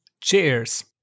Cheers